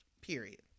Period